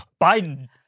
Biden